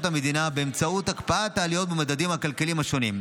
המדינה באמצעות הקפאת העליות במדדים הכלכליים השונים.